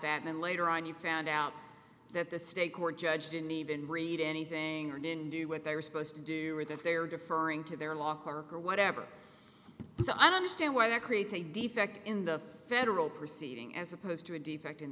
that then later on you found out that the state court judge didn't even read anything or didn't do what they were supposed to do with if they are deferring to their law clerk or whatever so i don't understand why that creates a defect in the federal proceeding as opposed to a defect in